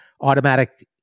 automatic